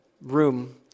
room